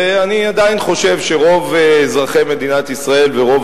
ואני עדיין חושב שרוב אזרחי מדינת ישראל ורוב